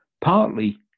Partly